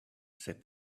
said